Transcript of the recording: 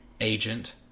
agent